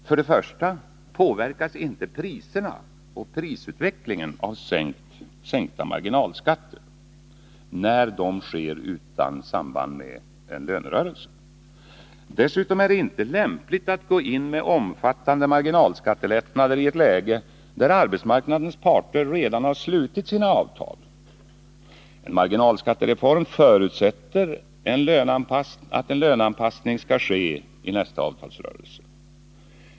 För det första påverkas inte priserna och prisutvecklingen av sänkta marginalskatter, när sänkningen sker utan samband med en lönerörelse. Dessutom är det inte lämpligt att gå in med omfattande marginalskattelättnader i ett läge där arbetsmarknadens parter redan slutit sina avtal. En marginalskattereform förutsätter att en löneanpassning skall ske i nästa avtalsrörelse.